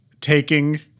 taking